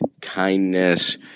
kindness